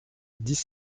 dix